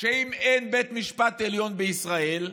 שאם אין בית משפט עליון בישראל,